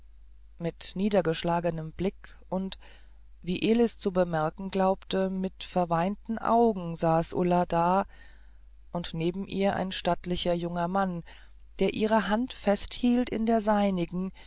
mit niedergeschlagenem blick und wie elis zu bemerken glaubte mit verweinten augen saß ulla da und neben ihr ein stattlicher junger mann der ihre hand festhielt in der seinigen